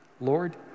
Lord